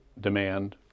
demand